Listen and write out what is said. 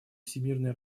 всемирной